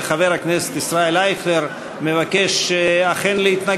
חבר הכנסת ישראל אייכלר אכן מבקש להתנגד.